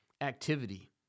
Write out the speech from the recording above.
activity